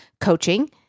coaching